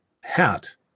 hat